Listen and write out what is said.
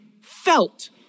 felt